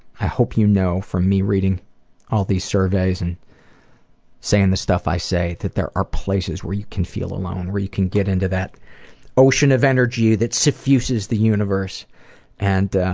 i hope you know from me reading all these surveys and saying the stuff i say that there are places where you can feel alone where you can get into that ocean of energy that suffuses the universe and. oh